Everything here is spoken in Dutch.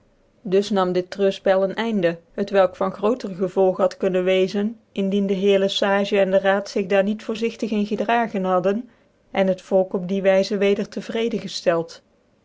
dus nam dit treurfpcl ccn einde t welk van grooter gevolg had kunnen wezen indien de heer le sage en don raad zig daar niet voorzigtig in gedragen hadden en ket volk op die wyzc weder te vreden